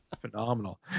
Phenomenal